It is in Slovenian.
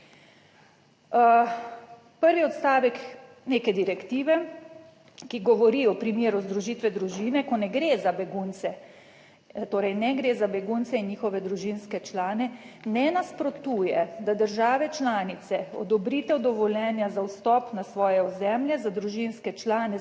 prvi odstavek neke direktive, ki govori o primeru združitve družine, ko ne gre za begunce, torej ne gre za begunce in njihove družinske člane, ne nasprotuje, da države članice odobritev dovoljenja za vstop na svoje ozemlje za družinske člane sponzorja